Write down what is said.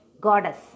goddess